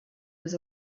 was